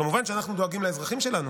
כמובן שאנחנו דואגים לאזרחים שלנו,